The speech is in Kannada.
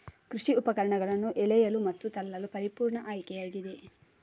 ಕೃಷಿ ಉಪಕರಣಗಳನ್ನು ಎಳೆಯಲು ಮತ್ತು ತಳ್ಳಲು ಪರಿಪೂರ್ಣ ಆಯ್ಕೆಯಾಗಿದೆ